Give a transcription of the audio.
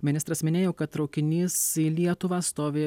ministras minėjo kad traukinys į lietuvą stovi